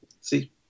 See